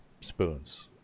spoons